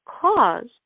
cause